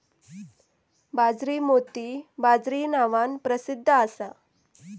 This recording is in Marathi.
बाजरी मोती बाजरी नावान प्रसिध्द असा